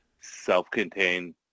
self-contained